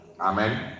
Amen